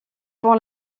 pour